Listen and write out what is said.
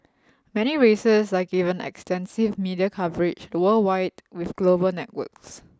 many races are given extensive media coverage worldwide with global networks